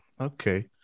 Okay